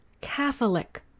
catholic